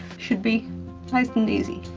should be nice and easy.